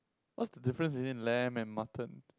what's the different between lamb and mutton